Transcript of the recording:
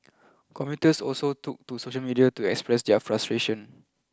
commuters also took to social media to express their frustration